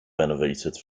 renovated